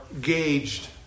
gauged